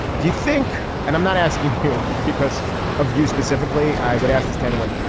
do you think. and i'm not asking here because of you specifically i would ask this to anyone.